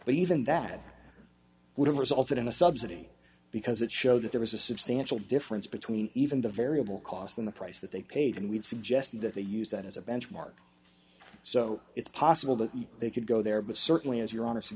but even that would have resulted in a subsidy because it showed that there was a substantial difference between even the variable cost and the price that they paid and we'd suggest that they use that as a benchmark so it's possible that they could go there but certainly as your hon